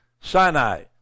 Sinai